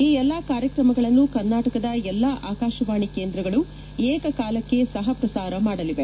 ಈ ಎಲ್ಲಾ ಕಾರ್ಯಕ್ರಮಗಳನ್ನು ಕರ್ನಾಟಕದ ಎಲ್ಲ ಆಕಾಶವಾಣಿ ಕೇಂದ್ರಗಳು ಏಕಕಾಲಕ್ಕೆ ಸಹ ಪ್ರಸಾರ ಮಾಡುತ್ತವೆ